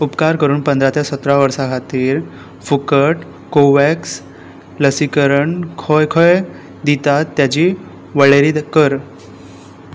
उपकार करून पंदरा ते सतरा वर्सां खातीर फूकट कोवॅक्स लसीकरण खय खंय दितात ताजी वळेरी कर